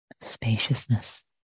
spaciousness